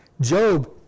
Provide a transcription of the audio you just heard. Job